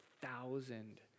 Thousand